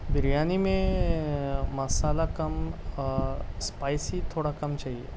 بریانی میں مسالہ کم اور اسپائیسی تھوڑا کم چاہیے